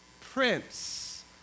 Prince